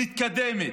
מתקדמת,